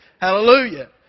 Hallelujah